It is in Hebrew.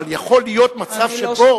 אבל יכול להיות מצב שבו,